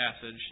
passage